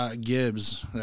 Gibbs